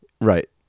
Right